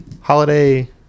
holiday